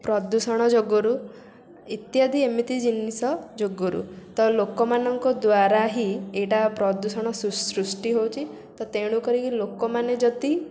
ପ୍ରଦୂଷଣ ଯୋଗୁରୁ ଇତ୍ୟାଦି ଏମିତି ଜିନିଷ ଯୋଗୁରୁ ତ ଲୋକମାନଙ୍କ ଦ୍ୱାରା ହିଁ ଏଇଟା ପ୍ରଦୂଷଣ ସୃଷ୍ଟି ହେଉଛି ତ ତେଣୁକରି ଲୋକମାନେ ଯଦି